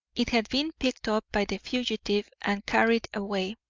it had been picked up by the fugitive and carried away.